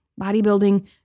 Bodybuilding